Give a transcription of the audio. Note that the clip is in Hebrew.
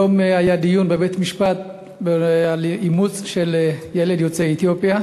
היום היה דיון בבית-משפט על אימוץ של ילד יוצא אתיופיה